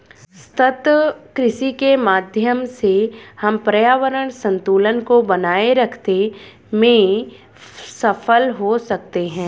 सतत कृषि के माध्यम से हम पर्यावरण संतुलन को बनाए रखते में सफल हो सकते हैं